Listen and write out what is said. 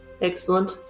Excellent